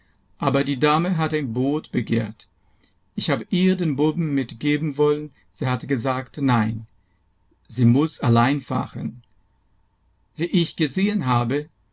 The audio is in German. aber die dame hat ein boot begehrt ich hab ihr den buben mitgeben wollen sie hat gesagt nein sie muß allein fahren wie ich gesehen habe